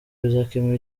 bizakemura